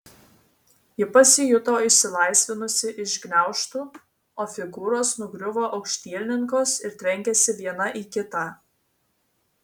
ji pasijuto išsilaisvinusi iš gniaužtų o figūros nugriuvo aukštielninkos ir trenkėsi viena į kitą